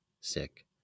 sick